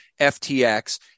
FTX